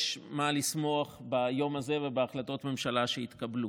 יש מה לשמוח ביום הזה ובהחלטות הממשלה שהתקבלו.